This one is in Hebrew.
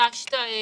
ביקשת להתייחס.